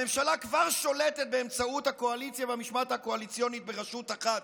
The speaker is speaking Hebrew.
הממשלה כבר שולטת באמצעות הקואליציה והמשמעת הקואליציונית ברשות אחת,